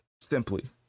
simply